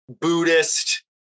Buddhist